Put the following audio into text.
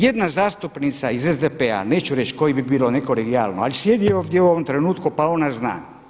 Jedna zastupnica iz SDP-a neću reći koji bi bilo nekolegijalno, ali sjedi ovdje u ovom trenutku, pa ona zna.